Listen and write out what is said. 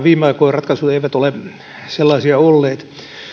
viime aikojen ratkaisut eivät ole sellaisia olleet